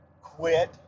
quit